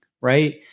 right